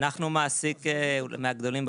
מעסיק מהגדולים.